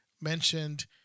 mentioned